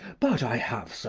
but i have, sir,